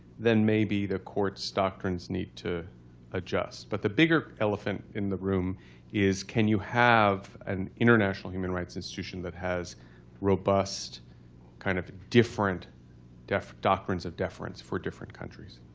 then maybe the courts doctrines need to adjust. but the bigger elephant in the room is, can you have an international human rights institution that has robust kind of different doctrines of deference for different countries.